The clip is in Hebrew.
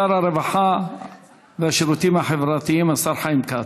שר הרווחה והשירותים החברתיים, השר חיים כץ.